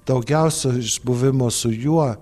daugiausia iš buvimo su juo